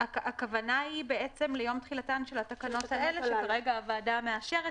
הכוונה היא ליום תחילתן של התקנות האלה שכרגע הוועדה מאשרת,